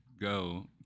go